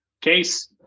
case